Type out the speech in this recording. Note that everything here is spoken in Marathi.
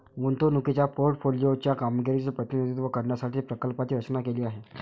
गुंतवणुकीच्या पोर्टफोलिओ च्या कामगिरीचे प्रतिनिधित्व करण्यासाठी प्रकल्पाची रचना केली आहे